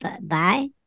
Bye